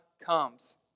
comes